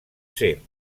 ser